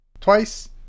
twice